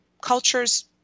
culture's